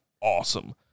awesome